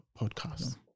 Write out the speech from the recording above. podcast